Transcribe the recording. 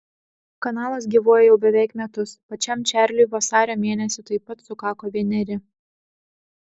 kanalas gyvuoja jau beveik metus pačiam čarliui vasario mėnesį taip pat sukako vieneri